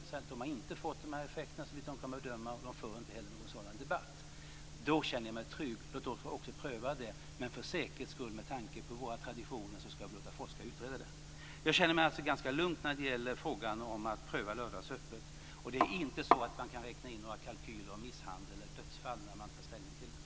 De säger att de inte har fått sådana effekter såvitt de kan bedöma, och de för inte heller någon sådan debatt. Då känner jag mig trygg. Låt oss pröva det. Men för säkerhets skull, med tanke på våra traditioner, ska vi låta forskare utreda det. Jag känner mig alltså ganska lugn när det gäller frågan om att pröva lördagsöppet, och man kan inte räkna in några kalkyler om misshandel eller dödsfall när man tar ställning till den.